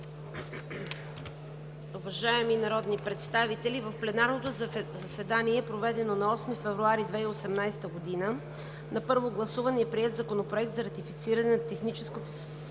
Уважаеми народни представители, в пленарното заседание, проведено на 8 февруари 2018 г., на първо гласуване е приет Законопроектът за ратифициране на Техническо споразумение